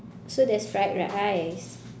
so there's fried rice